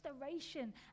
restoration